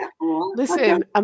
Listen